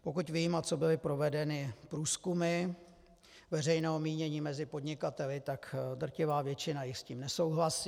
Pokud vím a co byly provedeny průzkumy veřejného mínění mezi podnikateli, tak drtivá většina jich s tím nesouhlasí.